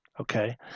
Okay